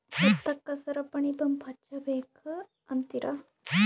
ಭತ್ತಕ್ಕ ಸರಪಣಿ ಪಂಪ್ ಹಚ್ಚಬೇಕ್ ಅಂತಿರಾ?